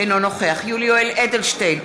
אינו נוכח יולי יואל אדלשטיין,